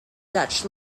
dutch